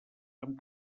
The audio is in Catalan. amb